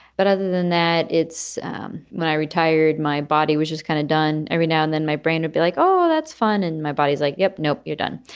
but other than that, it's when i retired, my body was just kind of done. every now and then, my brain would be like, oh, that's fun. and my body's like, yep, nope, you're done.